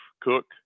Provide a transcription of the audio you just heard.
Cook